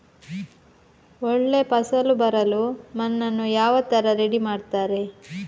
ಒಳ್ಳೆ ಫಸಲು ಬರಲು ಮಣ್ಣನ್ನು ಯಾವ ತರ ರೆಡಿ ಮಾಡ್ತಾರೆ?